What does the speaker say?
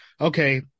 okay